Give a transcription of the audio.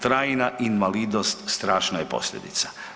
Trajna invalidnost strašna je posljedica.